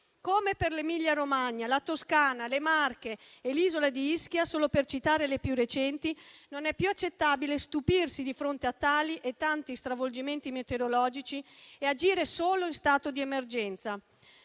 Come per l'Emilia Romagna, la Toscana, le Marche e l'isola di Ischia (solo per citare le più recenti), non è più accettabile stupirsi di fronte a tali e tanti stravolgimenti meteorologici e agire solo in stato di emergenza.